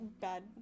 bad